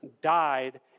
died